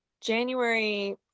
January